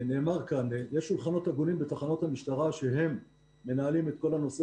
נאמר כאן שיש שולחנות עגולים בתחנות המשטרה שהם מנהלים את כל הנושא